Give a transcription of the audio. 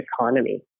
economy